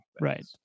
Right